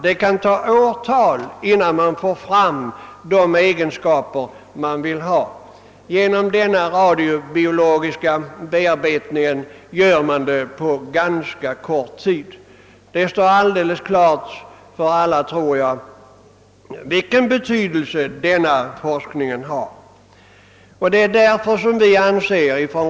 Det kan förflyta flera år innan man får fram ett sädesslag med de önskade egenskaperna. Genom radiobiologisk bearbetning går detta på ganska kort tid. Jag tror att det står alldeles klart för alla vilken betydelse den här forskningen vid radiobiologiska institutionen har.